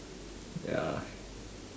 ya